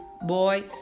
boy